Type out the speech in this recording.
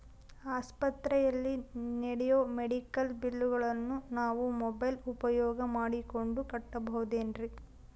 ಆಸ್ಪತ್ರೆಯಲ್ಲಿ ನೇಡೋ ಮೆಡಿಕಲ್ ಬಿಲ್ಲುಗಳನ್ನು ನಾವು ಮೋಬ್ಯೆಲ್ ಉಪಯೋಗ ಮಾಡಿಕೊಂಡು ಕಟ್ಟಬಹುದೇನ್ರಿ?